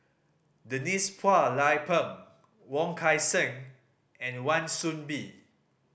Denise Phua Lay Peng Wong Kan Seng and Wan Soon Bee